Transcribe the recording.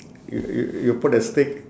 you you you put a stick